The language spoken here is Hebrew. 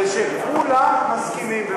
ושכולם מסכימים.